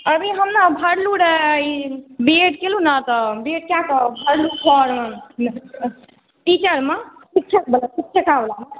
अभी हम नऽ भरलहुँ रह ई ई बीएड केलहुँ नऽ तऽ बीएड कए कऽ भरलहुँ फॉर्म टिचरमऽ शिक्षक शिक्षिका वालामऽ